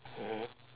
mm